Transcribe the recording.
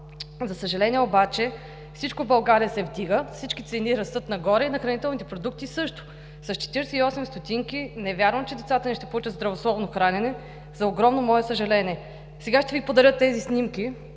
За съжаление, обаче всичко в България се вдига, всички цени растат нагоре, на хранителните продукти – също. Не вярвам, че с 48 стотинки децата ни ще получат здравословно хранене, за огромно мое съжаление. Ще Ви подаря тези снимки.